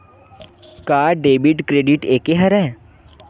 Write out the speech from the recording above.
का debit credit एके हरय?